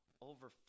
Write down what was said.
over